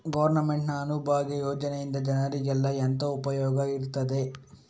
Government ನ ಅನ್ನಭಾಗ್ಯ ಯೋಜನೆಯಿಂದ ಜನರಿಗೆಲ್ಲ ಎಂತ ಉಪಯೋಗ ಇರ್ತದೆ?